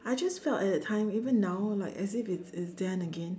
I just felt at that time even now like as if it's it's then again